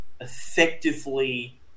effectively